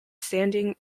standing